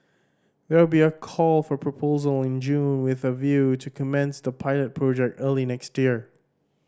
there will be a call for proposal in June with a view to commence the pilot project early next year